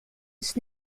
ist